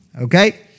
Okay